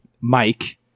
Mike